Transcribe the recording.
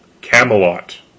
Camelot